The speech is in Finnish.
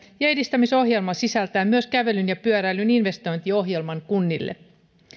ja edistämisohjelma sisältää myös kävelyn ja pyöräilyn investointiohjelman kunnille